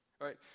right